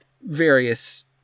various